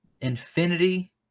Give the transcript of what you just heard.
infinity